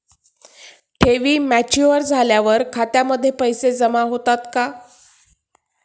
ठेवी मॅच्युअर झाल्यावर खात्यामध्ये पैसे जमा होतात का?